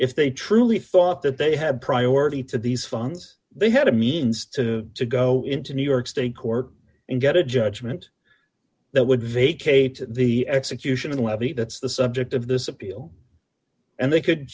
if they truly thought that they had priority to these funds they had a means to to go into new york state court and get a judgment that would vacate the execution of the levy that's the subject of this appeal and they could